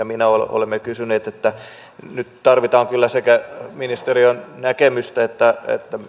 minä olemme kysyneet nyt tarvitaan kyllä sekä ministeriön näkemystä että